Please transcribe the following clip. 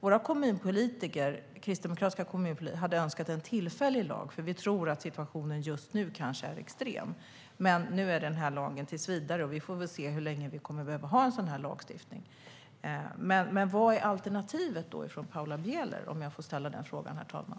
Våra kristdemokratiska kommunpolitiker hade önskat en tillfällig lag, för vi tror att situationen just nu är extrem. Men nu gäller den här lagen tills vidare. Vi får väl se hur länge vi kommer att behöva ha en sådan lagstiftning. Men vad är det för alternativ som Paula Bieler ser, om jag nu får ställa den frågan?